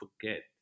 forget